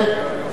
כן?